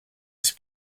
ist